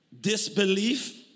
disbelief